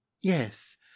yes